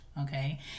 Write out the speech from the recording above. Okay